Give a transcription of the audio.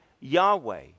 Yahweh